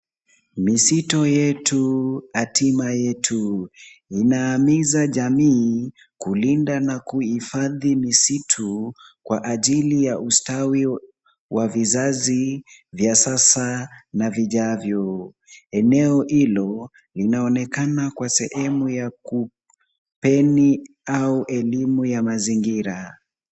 Misitu yetu, atima yetu inaamiza jamii kulinda na kuhifadhi misitu, kwa ajili ya ustawi wa vizazi vya sasa na vijavyo. Eneo hilo linaonekana kwa sehemu ya kupeni au elimu ya mazingira.